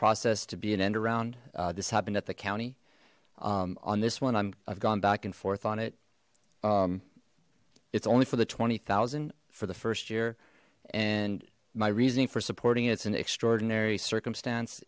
process to be an end around this happened at the county on this one i've gone back and forth on it it's only for the twenty thousand for the first year and my reasoning for supporting it's an extraordinary circumstance